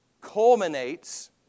culminates